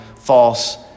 false